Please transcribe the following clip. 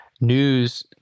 news